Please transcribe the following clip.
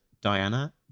Diana